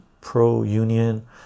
pro-union